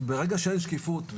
ברגע שאין שקיפות,